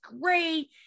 great